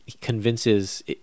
convinces